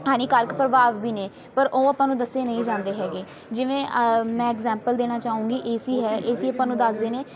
ਹਾਨੀਕਾਰਕ ਪ੍ਰਭਾਵ ਵੀ ਨੇ ਪਰ ਉਹ ਆਪਾਂ ਨੂੰ ਦੱਸੇ ਨਹੀਂ ਜਾਂਦੇ ਹੈਗੇ ਜਿਵੇਂ ਮੈਂ ਇਗਜ਼ੈਮਪਲ ਦੇਣਾ ਚਾਹੂੰਗੀ ਏ ਸੀ ਹੈ ਏ ਸੀ ਆਪਾਂ ਨੂੰ ਦੱਸਦੇ ਨੇ